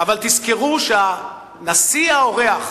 אבל תזכרו שהנשיא האורח,